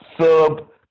sub